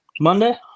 Monday